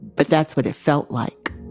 but that's what it felt like.